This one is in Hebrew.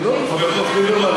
לא, חבר הכנסת ליברמן.